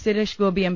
Suresh Gopi M